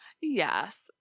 Yes